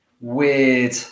weird